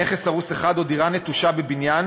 נכס הרוס אחד או דירה נטושה בבניין